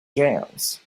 jams